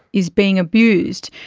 is being abused,